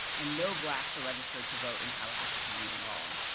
and no blacks were registered to vote in tallahatchie county at all.